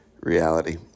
reality